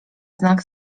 znak